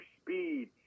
speed